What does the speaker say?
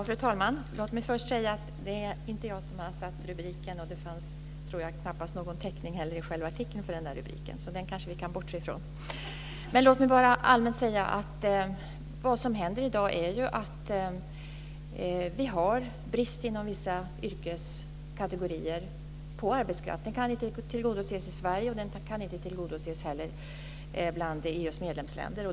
Fru talman! Låt mig först säga att det inte är jag som har satt rubriken. Och jag tror knappast heller att det fanns någon täckning i själva artikeln för denna rubrik. Så den kanske vi kan bortse från. Men låt mig bara allmänt säga att vi i dag har brist på arbetskraft inom vissa yrkeskategorier. Den kan inte tillgodoses i Sverige, och den kan inte heller tillgodoses bland EU:s medlemsländer.